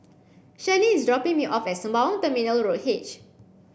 Shirlene is dropping me off at Sembawang Terminal Road H